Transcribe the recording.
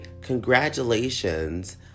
congratulations